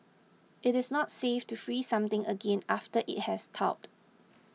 it is not safe to freeze something again after it has thawed